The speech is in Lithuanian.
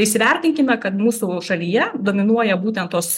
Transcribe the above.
įsivertinkime kad mūsų šalyje dominuoja būtent tos